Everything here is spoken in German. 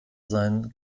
sein